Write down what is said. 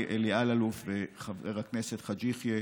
אלי אלאלוף וחבר הכנסת חאג' יחיא.